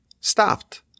stopped